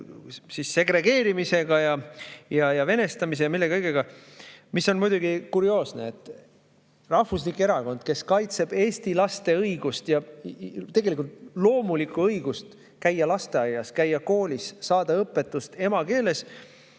siin segregeerimisega, venestamise ja mille kõigega. See on muidugi kurioosne. Rahvuslik erakond, kes kaitseb eesti laste õigust, tegelikult loomulikku õigust käia lasteaias, käia koolis, saada õpetust emakeeles